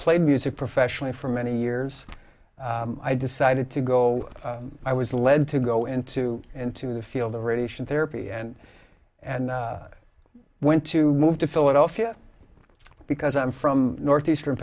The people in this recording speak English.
played music professionally for many years i decided to go i was led to go into into the field of radiation therapy and and i went to move to philadelphia because i'm from northeastern